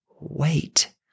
wait